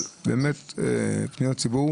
אבל באמת פניות הציבור